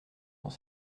dans